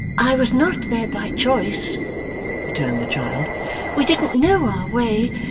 i was not there by choice returned the child we didn't know our way,